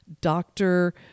doctor